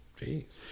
Jeez